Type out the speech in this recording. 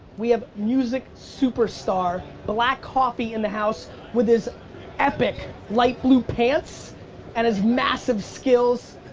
we have music superstar black coffee in the house with his epic light blue pants and his massive skills.